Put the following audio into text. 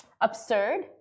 absurd